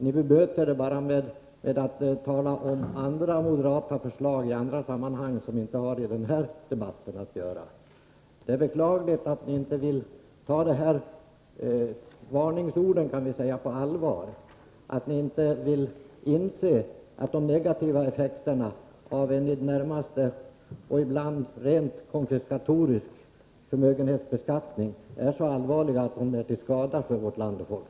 Ni bemöter detta enbart genom att tala om moderata förslag i andra sammanhang — saker som alltså inte hör hemma i denna debatt. Det är beklagligt att ni inte vill ta dessa varningsord på allvar och att ni inte vill inse att de negativa effekterna av en ibland rent konfiskatorisk förmögenhetsbeskattning är så allvarliga att de är till skada för vårt land och folk.